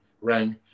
rang